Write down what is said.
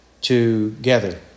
together